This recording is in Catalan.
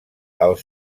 els